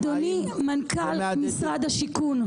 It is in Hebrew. אדוני מנכ"ל משרד השיכון,